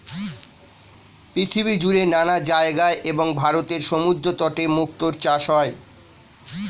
পৃথিবীজুড়ে নানা জায়গায় এবং ভারতের সমুদ্রতটে মুক্তার চাষ হয়